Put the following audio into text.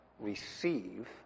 receive